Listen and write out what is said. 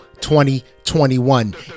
2021